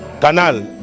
canal